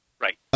Right